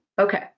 Okay